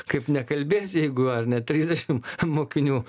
kaip nekalbėsi jeigu ar ne trisdešim mokinių